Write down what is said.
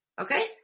Okay